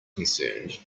concerned